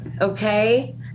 okay